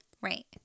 right